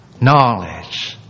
Knowledge